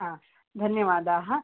धन्यवादाः